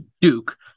Duke